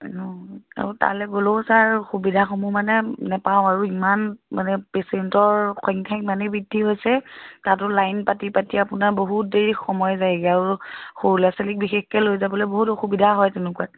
আৰু তালৈ গ'লেও ছাৰ সুবিধাসমূহ মানে নাপাওঁ আৰু ইমান মানে পেচেণ্টৰ সংখ্যা ইমানেই বৃদ্ধি হৈছে তাতো লাইন পাতি পাতি আপোনাৰ বহুত দেৰি সময় যায়গৈ আৰু সৰু ল'ৰা ছোৱালীক বিশেষকৈ লৈ যাবলৈ বহুত অসুবিধা হয় তেনেকুৱাত